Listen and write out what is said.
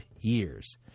years